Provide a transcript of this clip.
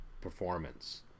performance